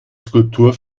skulptur